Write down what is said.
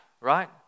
right